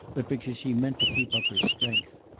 but because she meant to keep up her strength.